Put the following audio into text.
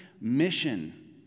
mission